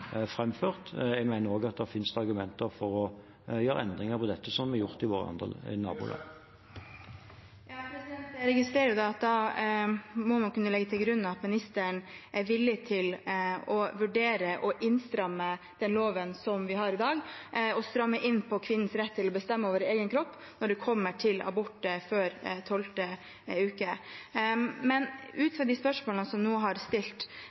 at det også finnes argumenter for å gjøre endringer i dette, som er gjort i våre naboland. Jeg registrerer at da må vi kunne legge til grunn at statsråden er villig til å vurdere å stramme inn den loven som vi har i dag, og stramme inn på kvinnens rett til å bestemme over egen kropp når det kommer til abort før tolvte uke. Men ut fra de spørsmålene som nå er stilt,